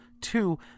Two